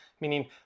meaning